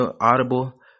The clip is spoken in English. Audible